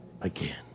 again